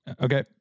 Okay